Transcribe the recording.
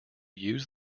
use